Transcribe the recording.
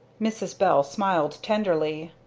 mrs. bell smiled tenderly.